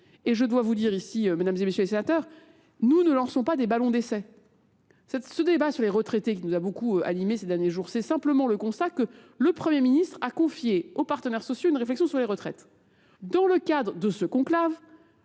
et je dois vous dire ici mesdames et messieurs les sénateurs, nous ne lançons pas des ballons d'essai. Ce débat sur les retraités qui nous a beaucoup animé ces derniers jours, c'est simplement le constat que le Premier ministre a confié aux partenaires sociaux une réflexion sur les retraites. Dans le cadre de ce conclave,